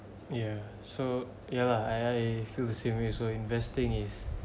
ya so ya lah I I feel the same way also investing is